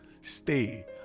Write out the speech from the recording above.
stay